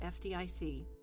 FDIC